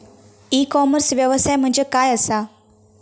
E commerce व्यवसाय म्हणजे काय असा?